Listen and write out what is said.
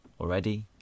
already